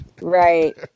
Right